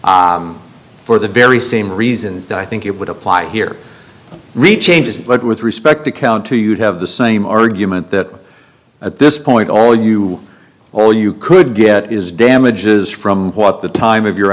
for the very same reasons that i think it would apply here re changes but with respect to count two you would have the same argument that at this point all you or you could get is damages from what the time of your